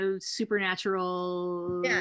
supernatural